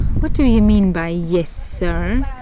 what do you mean by yes, sir?